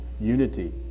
unity